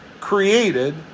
Created